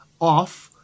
off